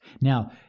Now